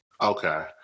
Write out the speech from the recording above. Okay